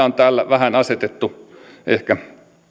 on täällä vähän asetettu ehkä